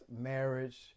marriage